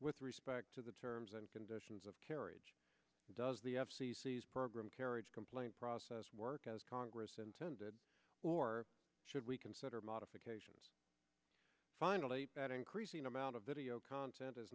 with respect to the terms and conditions of carriage does the f c c as program carriage complaint process work as congress intended or should we consider modifications finally that increasing amount of video content